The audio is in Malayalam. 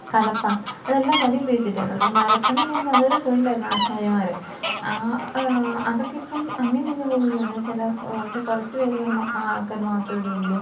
കലപ്പ അതെല്ലാം തടി ഉപയോഗിച്ചിട്ടായിരുന്നു മരപ്പണി ചെയ്യുന്നത് അതൊരു തൊഴിലായിരുന്നു ആശാരിമാർ ആ അതൊക്കെ ഇപ്പം അന്യം നിന്നു പോകുകയാണ് ചില വളരെ കുറച്ച് പേരുകൾ ആൾക്കാർ മാത്രമേയുള്ളൂ